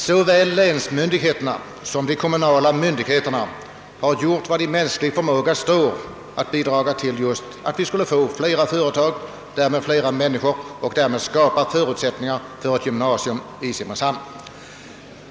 Såväl länsmyndigheterna som de kommunala myndigheterna har gjort vad i mänsklig förmåga står för att vi skall få fler företag och därmed fler människor och på det sättet skapa förutsättningar för ett gymnasium i Simrishamn.